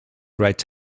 right